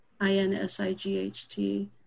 i-n-s-i-g-h-t